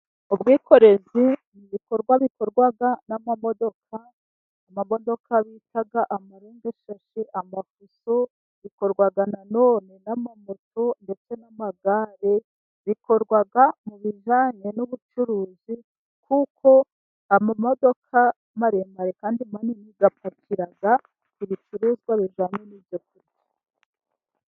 Ubwikorezi n 'ibikorwa bikorwa n'amamodoka, amamodoka bita amarongeshashi, amafuso bikorwa na none n'amamoto, ndetse n'amagare, bikorwa mu bijyanye n'ubucuruzi, kuko amamodoka maremare kandi manini, apakira ibicuruzwa bijyanye n'ibyokurya.